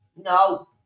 no